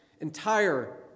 entire